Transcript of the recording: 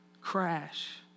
crash